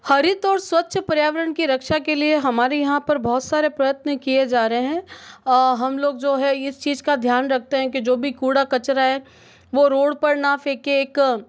हरित और स्वच्छ पर्यावरण की रक्षा के लिए हमारे यहाँ पर बहुत सारे प्रयत्न किए जा रहे हैं हम लोग जो है यह चीज का ध्यान रखते हैं कि जो भी कूद कचरा है वह रोड पर न फेंके एक